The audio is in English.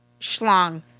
schlong